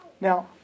Now